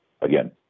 again